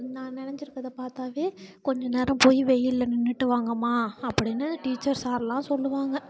நான் நனஞ்சி இருக்கிறத பார்த்தாவே கொஞ்சம் நேரம் போய் வெயிலில் நின்றுட்டு வாங்கம்மா அப்படின்னு டீச்சர் சாரெலாம் சொல்லுவாங்க